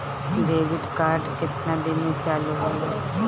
Debit card केतना दिन में चालु होला?